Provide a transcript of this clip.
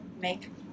make